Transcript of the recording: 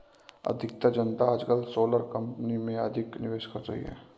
अधिकतर जनता आजकल सोलर कंपनी में अधिक निवेश कर रही है